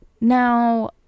now